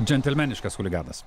džentelmeniškas chuliganas